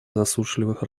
засушливых